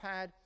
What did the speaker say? iPad